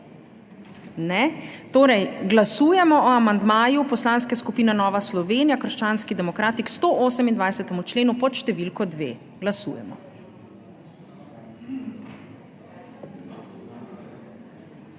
Torej glasujemo o amandmaju Poslanske skupine Nova Slovenija - krščanski demokrati, k 128. členu pod številko 2. Glasujemo.